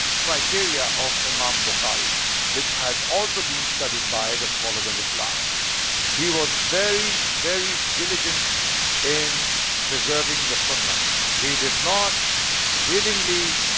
criteria of imam bukhari which has also been studied by the scholars of islam he was very very diligent in preserving the sunnah he did not willingly,